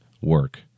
work